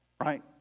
right